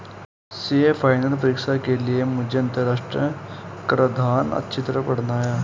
CA final परीक्षा के लिए मुझे अंतरराष्ट्रीय कराधान अच्छी तरह पड़ना है